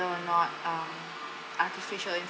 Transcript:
or not not um artificial in~